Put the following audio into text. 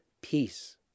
peace